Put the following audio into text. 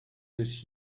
this